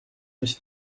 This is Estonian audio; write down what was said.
mis